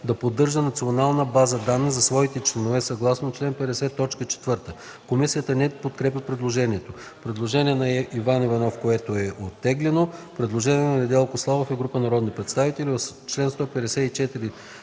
да поддържа национална база данни за своите членове, съгласно чл. 50, т. 4.” Комисията не подкрепя предложението. Предложение от народния представител Иван Иванов, което е оттеглено. Предложение от Недялко Славов и група народни представители, което е